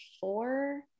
four